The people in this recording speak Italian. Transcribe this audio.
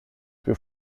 più